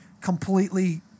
completely